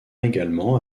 également